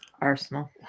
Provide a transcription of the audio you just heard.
Arsenal